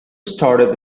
started